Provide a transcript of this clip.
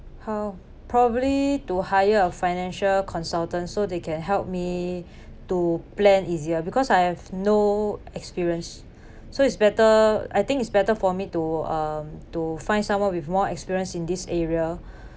how probably to hire a financial consultant so they can help me to plan easier because I have no experience so it's better I think it's better for me to um to find someone with more experience in this area